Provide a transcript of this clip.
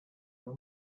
nur